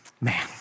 man